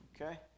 Okay